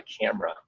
camera